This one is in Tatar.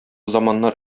заманнар